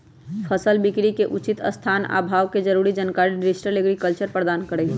फसल बिकरी के उचित स्थान आ भाव के जरूरी जानकारी डिजिटल एग्रीकल्चर प्रदान करहइ